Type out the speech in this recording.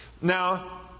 Now